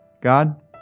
God